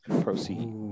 Proceed